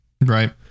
right